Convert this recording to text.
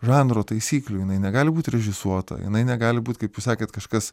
žanro taisyklių jinai negali būt režisuota jinai negali būt kaip jūs sakėt kažkas